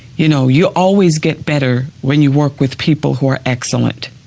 you know, you always get better when you work with people who are excellent.